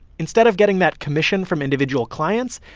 instead of getting that commission from individual clients,